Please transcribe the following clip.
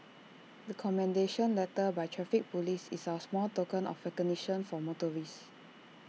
the commendation letter by traffic Police is our small token of recognition for motorists